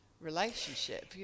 relationship